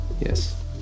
Yes